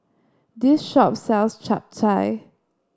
this shop sells Chap Chai